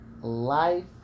life